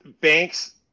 banks